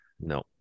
No